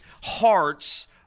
Hearts